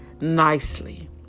nicely